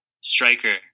striker